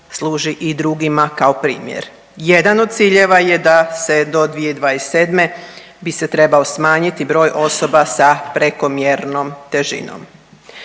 služi i drugima kao primjer. Jedan od ciljeva je da se do 2027. bi se trebao smanjiti broj osoba sa prekomjernom težinom.